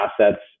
assets